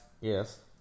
Yes